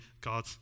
God